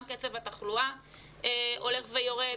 גם קצב התחלואה הולך ויורד,